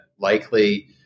likely